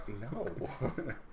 no